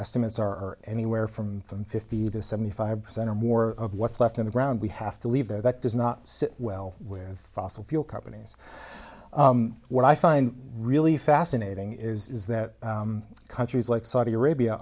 estimates are anywhere from fifty to seventy five percent or more of what's left in the ground we have to leave there that does not sit well with fossil fuel companies what i find really fascinating is that countries like saudi arabia